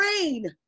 rain